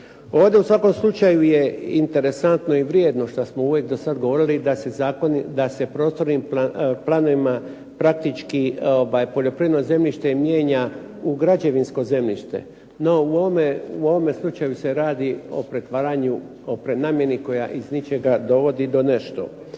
Ovdje u svakom slučaju je interesantno i vrijedno šta smo uvijek dosad govorili da se prostornim planovima praktički poljoprivredno zemljište mijenja u građevinsko zemljište. No u ovome slučaju se radi o pretvaranju, o prenamjeni koja iz ničega dovodi do nešto.